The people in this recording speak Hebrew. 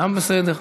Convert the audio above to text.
גם בסדר.